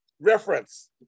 reference